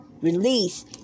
release